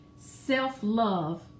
Self-love